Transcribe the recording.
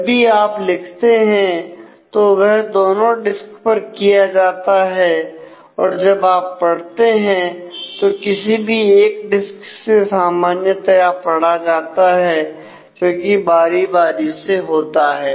जब भी आप लिखते हैं तो वह दोनों डिस्क पर किया जाता है और जब आप पढ़ते हैं तो किसी भी एक डिस्क से सामान्यतया पढ़ा जाता है जो की बारी बारी से होता है